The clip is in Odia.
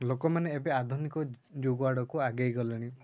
ଲୋକମାନେ ଏବେ ଆଧୁନିକ ଯୁଗ ଆଡ଼କୁ ଆଗେଇ ଗଲେଣି